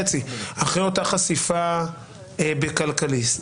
אחרי אותה חשיפה בכלכליסט,